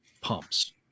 pumps